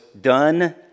done